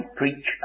preach